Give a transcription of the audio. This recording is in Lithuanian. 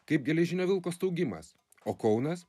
kaip geležinio vilko staugimas o kaunas